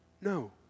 no